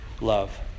love